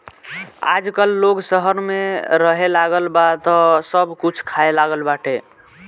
आजकल लोग शहर में रहेलागल बा तअ सब कुछ खाए लागल बाटे